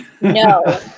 No